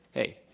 hey,